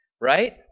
right